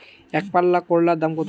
একপাল্লা করলার দাম কত?